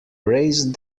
raised